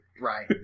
Right